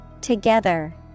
Together